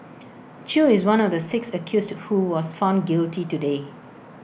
chew is one of the six accused who was found guilty today